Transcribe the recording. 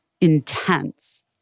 intense